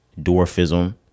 dwarfism